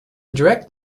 direct